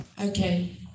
Okay